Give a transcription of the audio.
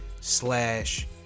slash